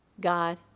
God